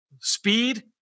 speed